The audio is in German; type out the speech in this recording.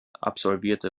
absolvierte